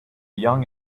young